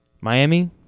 Miami